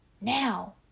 Now